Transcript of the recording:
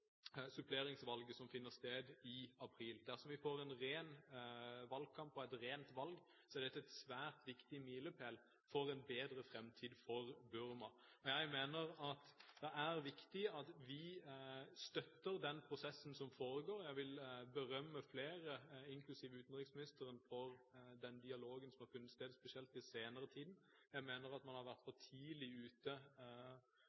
suppleringsvalget som finner sted i april. Dersom vi får en ren valgkamp og et rent valg, er dette en svært viktig milepæl for en bedre framtid for Burma. Jeg mener det er viktig at vi støtter den prosessen som foregår. Jeg vil berømme flere, inklusiv utenriksministeren, for den dialogen som har funnet sted, spesielt den senere tid. Jeg mener at man har vært for